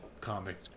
comic